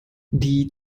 die